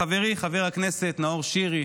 לחברי חבר הכנסת נאור שירי,